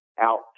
out